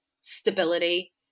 stability